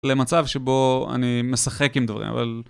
למצב שבו אני משחק עם דברים, אבל...